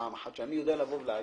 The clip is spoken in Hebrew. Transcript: שאדע להגיד: